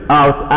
out